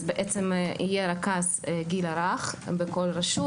אז בעצם יהיה רכז גיל הרך בכל רשות